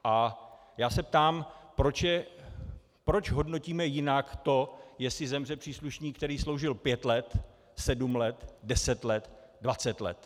A já se ptám, proč hodnotíme jinak to, jestli zemře příslušník, který sloužil pět let, sedm let, deset let, dvacet let?